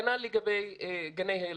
כנ"ל לגבי גני הילדים.